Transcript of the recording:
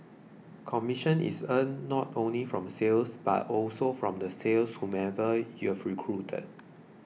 commission is earned not only from sales but also from the sales of whomever you've recruited